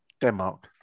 Denmark